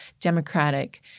democratic